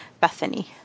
Bethany